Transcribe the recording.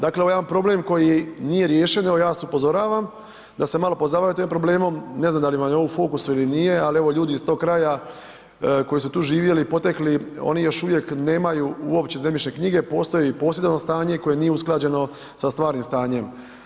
Dakle, ovo je jedan problem koji nije riješen, evo ja vas upozoravam da se malo pozabavite ovim problemom, ne znam da li vam je on u fokusu ili nije, al evo ljudi iz tog kraja, koji su tu živjeli, potekli, oni još uvijek nemaju uopće zemljišne knjige, postoje i posjedovno stanje koje nije usklađeno sa stvarnim stanjem.